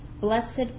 blessed